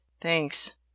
Thanks